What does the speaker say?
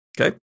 Okay